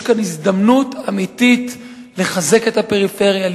יש כאן הזדמנות אמיתית לחזק את הפריפריה,